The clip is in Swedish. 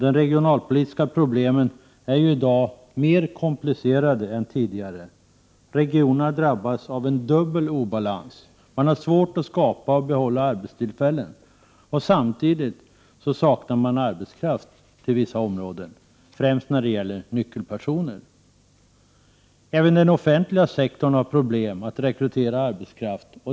De regionalpolitiska problemen är i dag mer komplicerade än tidigare. Regionerna drabbas av en dubbel obalans. Man har svårt att skapa och behålla arbetstillfällen samtidigt som man saknar arbetskraft till vissa områden, främst när det gäller nyckelpersoner. Även den offentliga sektorn har problem att rekrytera arbetskraft.